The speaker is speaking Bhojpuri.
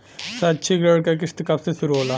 शैक्षिक ऋण क किस्त कब से शुरू होला?